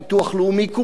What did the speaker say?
קופת-חולים,